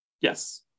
Yes